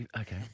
Okay